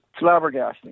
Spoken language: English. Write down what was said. flabbergasting